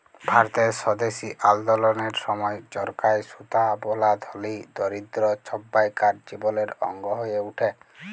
ভারতের স্বদেশী আল্দললের সময় চরখায় সুতা বলা ধলি, দরিদ্দ সব্বাইকার জীবলের অংগ হঁয়ে উঠে